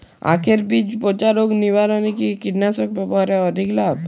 আঁখের বীজ পচা রোগ নিবারণে কি কীটনাশক ব্যবহারে অধিক লাভ হয়?